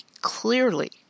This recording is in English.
clearly